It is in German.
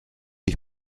ich